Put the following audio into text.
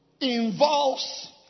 involves